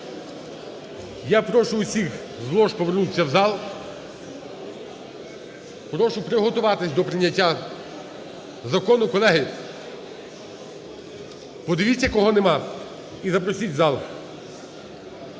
Я прошу всіх з лож повернутися в зал. Прошу приготуватись до прийняття закону. Колеги, подивіться, кого нема і запросіть в зал.